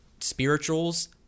spirituals